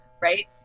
right